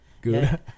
Good